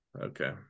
Okay